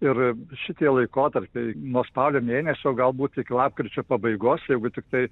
ir šitie laikotarpiai nuo spalio mėnesio galbūt iki lapkričio pabaigos jeigu tiktai